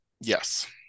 Yes